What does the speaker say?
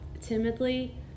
timidly